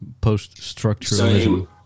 post-structuralism